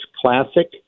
classic